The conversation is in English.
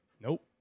Nope